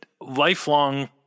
lifelong